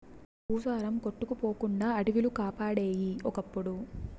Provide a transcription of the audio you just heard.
భూసారం కొట్టుకుపోకుండా అడివిలు కాపాడేయి ఒకప్పుడు